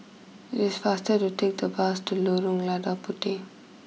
it is faster to take the bus to Lorong Lada Puteh